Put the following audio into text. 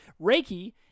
Reiki